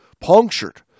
punctured